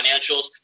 financials